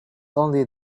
only